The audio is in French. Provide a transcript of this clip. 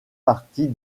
partie